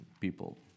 people